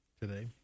today